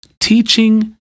teaching